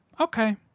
okay